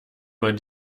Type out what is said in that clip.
man